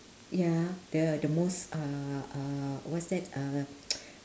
ya the the most uh uh what's that uh